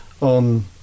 on